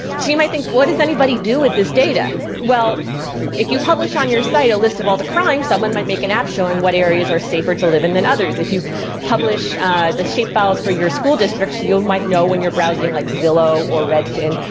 so you might think, what does anybody do with this data? well if you publish on your site a list of all the crimes, someone might make an app showing what areas are safer to live in than others. if you publish the shape files for your school districts, you you might know when you're browsing sites like zillow or redfin,